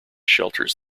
shelters